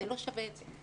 זה לא שווה את זה.